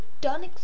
done